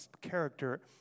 character